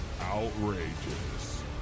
outrageous